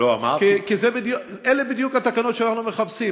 כי אלה בדיוק התקנות שאנחנו מחפשים,